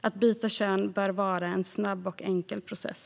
Att byta kön bör vara en snabb och enkel process.